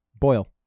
boil